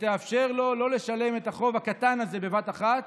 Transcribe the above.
תאפשר לו לא לשלם את החוב הקטן הזה בבת אחת